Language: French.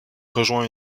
rejoint